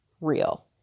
real